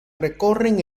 recorren